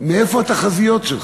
מאיפה התחזיות שלך.